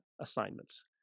assignments